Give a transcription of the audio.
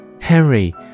Henry